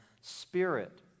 Spirit